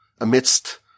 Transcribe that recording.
amidst